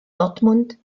dortmund